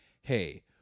hey